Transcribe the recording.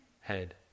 head